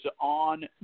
on